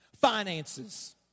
finances